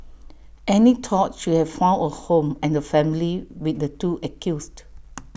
Annie thought she have found A home and A family with the two accused